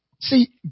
See